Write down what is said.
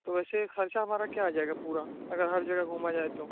تو ویسے خرچہ ہمارا کیا آ جائے گا پورا اگر ہر جگہ گھوما جائے تو